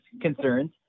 concerns